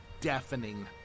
deafening